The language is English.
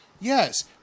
yes